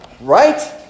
Right